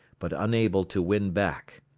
but unable to win back.